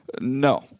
No